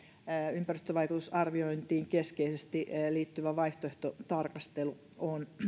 ympäristövaikutusarviointiin keskeisesti liittyvä vaihtoehtotarkastelu on